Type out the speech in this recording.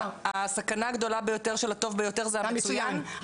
הסכנה הגדולה ביותר של הטוב ביותר זה המצויין.